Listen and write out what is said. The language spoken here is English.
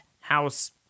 House